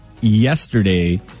yesterday